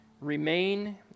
remain